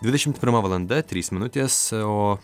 dvidešim pirma valanda trys minutės o